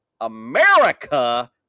America